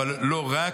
אבל לא רק,